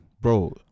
Bro